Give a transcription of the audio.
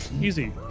Easy